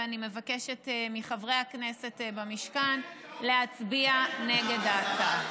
ואני מבקשת מחברי הכנסת במשכן להצביע נגד ההצעה.